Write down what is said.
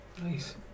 nice